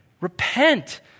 Repent